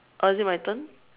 oh is it my turn